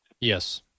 Yes